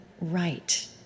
right